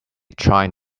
trying